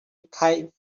kite